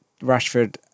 Rashford